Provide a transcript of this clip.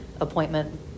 appointment